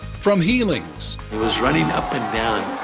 from healings. he was running up and down,